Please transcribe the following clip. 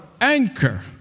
anchor